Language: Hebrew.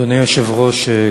אדוני היושב-ראש,